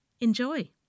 Enjoy